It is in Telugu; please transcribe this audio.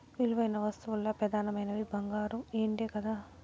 విలువైన వస్తువుల్ల పెదానమైనవి బంగారు, ఎండే కదా